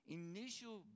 initial